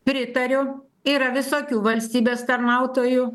pritariu yra visokių valstybės tarnautojų